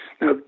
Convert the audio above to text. now